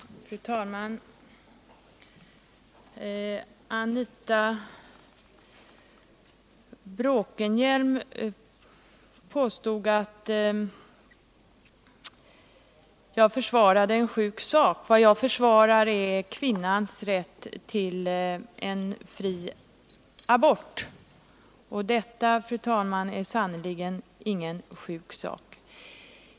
Fru talman! Anita Bråkenhielm påstod att jag försvarade en sjuk sak. Vad jag försvarar är kvinnans rätt till fri abort. Det, fru talman, är sannerligen ingen sjuk sak.